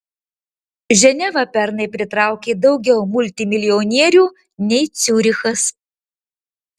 ženeva pernai pritraukė daugiau multimilijonierių nei ciurichas